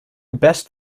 best